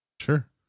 Sure